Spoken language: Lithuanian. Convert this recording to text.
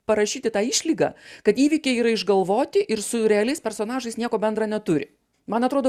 parašyti tą išlygą kad įvykiai yra išgalvoti ir su realiais personažais nieko bendra neturi man atrodo